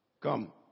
Come